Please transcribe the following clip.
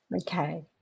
Okay